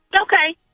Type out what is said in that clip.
Okay